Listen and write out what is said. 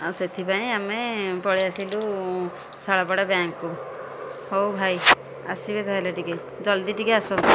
ଆଉ ସେଥିପାଇଁ ଆମେ ପଳାଇ ଆସିଲୁ ଶାଳପଡ଼ା ବ୍ୟାଙ୍କ୍ କୁ ହଉ ଭାଇ ଆସିବେ ତାହାଲେ ଟିକେ ଜଲ୍ଦି ଟିକେ ଆସନ୍ତୁ